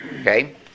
Okay